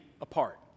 apart